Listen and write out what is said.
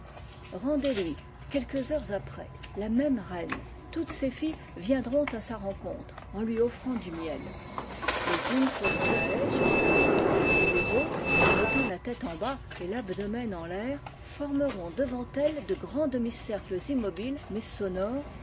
rendez-lui quelques heures après la même reine toutes ses filles viendront à sa rencontre en lui offrant du miel les un feront la haie sur son passage les autres mettant la tête en bas et l'abdomen en l'air formeront devant elle de grands demi-cercles immobiles mais sonores